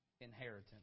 inheritance